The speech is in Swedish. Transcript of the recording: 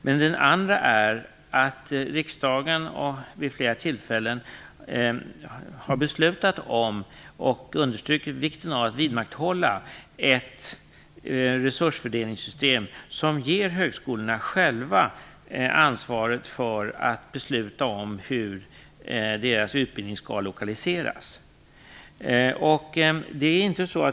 Den andra handlar om att riksdagen vid flera tillfällen har beslutat om, och understrukit vikten av, att vidmakthålla ett resursfördelningssystem som ger högskolorna själva ansvaret för att besluta om hur deras utbildning skall lokaliseras.